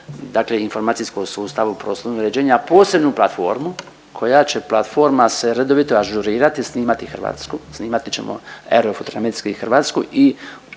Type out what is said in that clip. dakle Informacijskom sustavu prostornog uređenja posebnu platformu koja će platforma se redoviti ažurirati i snimati Hrvatsku, snimati ćemo …/Govornik se